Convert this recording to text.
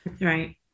right